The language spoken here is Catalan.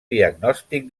diagnòstic